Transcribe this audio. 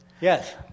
Yes